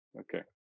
Okay